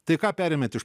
tai ką perėmėt iš